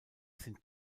sind